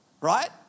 right